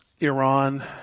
Iran